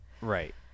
Right